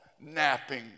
napping